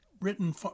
written